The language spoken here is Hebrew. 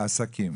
בעסקים.